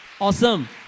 Awesome